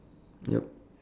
yup